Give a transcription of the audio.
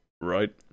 right